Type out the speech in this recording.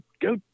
go